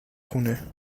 خونه